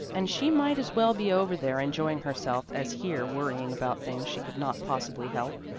and she might as well be over there enjoying herself as here worrying about things she could not possibly help.